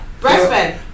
Breastfed